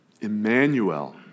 Emmanuel